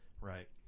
right